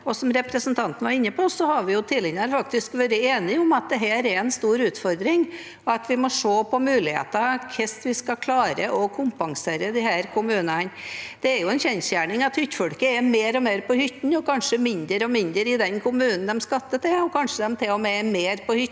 Som representanten Njåstad var inne på, har vi tidligere vært enige om at dette er en stor utfordring, og at vi må se på hvordan vi skal klare å kompensere disse kommunene. Det er en kjensgjerning at hyttefolk er mer og mer på hytta og kanskje mindre og mindre i den kommunen de skatter til. Kanskje er de til